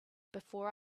before